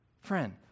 Friend